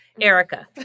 Erica